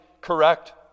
correct